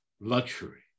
luxury